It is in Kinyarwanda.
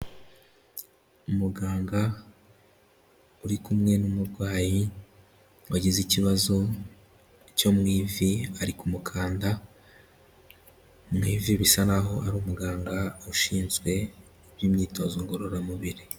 Muganga uri kumwe n'umurwayi wagize ikibazo cyo mu ivi, ari ku mukanda mu ivi, bisa naho ari umuganga ushinzwe iby'imyitozo ngororamubiri.